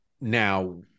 Now